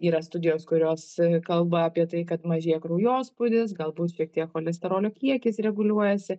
yra studijos kurios kalba apie tai kad mažėja kraujospūdis galbūt šiek tiek cholesterolio kiekis reguliuojasi